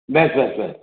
ବାସ୍ ବାସ୍ ବାସ୍